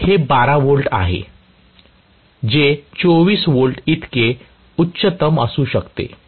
हे 12 V आहे जे 24 V इतके उच्चतम असू शकते